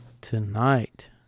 Tonight